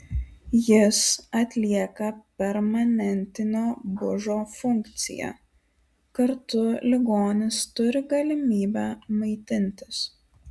jis atlieka permanentinio bužo funkciją kartu ligonis turi galimybę maitintis